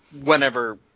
whenever